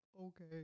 okay